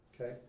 okay